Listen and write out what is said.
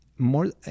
More